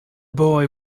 boy